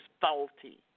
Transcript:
faulty